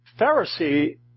Pharisee